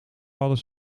hadden